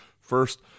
first